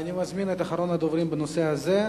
אני מזמין את אחרון הדוברים בנושא הזה,